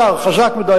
שר חזק מדי,